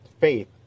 Faith